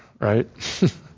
right